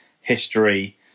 history